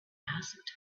asked